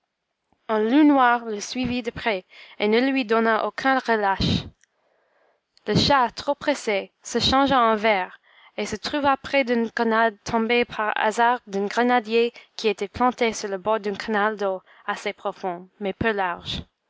un loup noir le suivit de près et ne lui donna aucun relâche le chat trop pressé se changea en ver et se trouva près d'une grenade tombée par hasard d'un grenadier qui était planté sur le bord d'un canal d'eau assez profond mais peu large